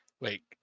Wait